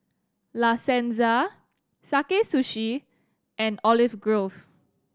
La Senza Sakae Sushi and Olive Grove